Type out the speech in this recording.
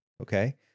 Okay